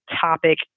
topic